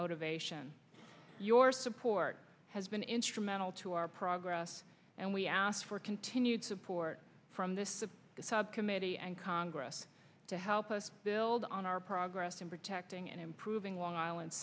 motivation your support has been instrumental to our progress and we ask for continued support from this of the subcommittee and congress to help us build on our progress in protecting and improving long island